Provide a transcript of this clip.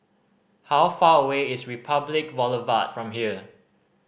how far away is Republic Boulevard from here